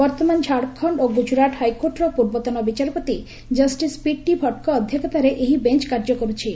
ବର୍ତ୍ତମାନ ଝାଡଖଣ୍ଡ ଓ ଗୁଜରାଟ ହାଇକୋର୍ଟର ପୂର୍ବତନ ବିଚାରପତି ଜଷ୍ଟିସ ପିଟି ଭଟ୍ଟଙ୍କ ଅଧ୍ୟକ୍ଷତାରେ ଏହି ବେଞ୍ଚ କାର୍ଯ୍ୟ କର୍ତ୍ଥି